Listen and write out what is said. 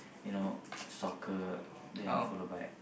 you know soccer then follow by